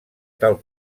tal